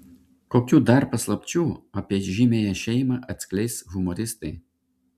kokių dar paslapčių apie įžymiąją šeimą atskleis humoristai